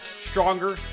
stronger